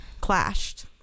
clashed